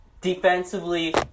Defensively